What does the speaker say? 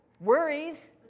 worries